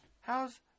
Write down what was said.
How's